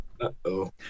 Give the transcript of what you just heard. Uh-oh